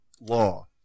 law